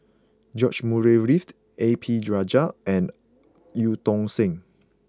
George Murray Reithed A P Rajah and Eu Tong Sen